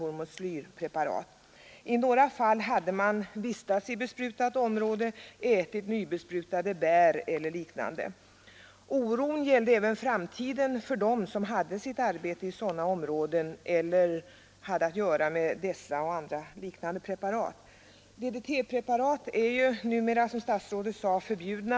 Torsdagen den hormoslyrpreparat. I några fall hade man vistats i besprutat område, ätit 1 mars 1973 nybesprutade bär eller liknande. Oron gällde även framtiden för dem som ———— hade sitt arbete i sådana områden eller som hade att göra med dessa och Om bevarande av andra liknande preparat. bokskogsi beståndet DDT-preparaten är ju numera, som statsrådet sade, förbjudna.